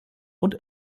und